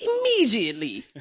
Immediately